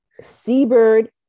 Seabird